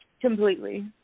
completely